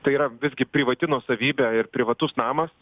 tai yra visgi privati nuosavybė ir privatus namas